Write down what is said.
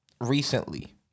recently